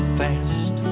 fast